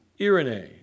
irene